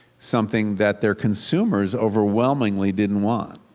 something that their consumers overwhelmingly didn't want.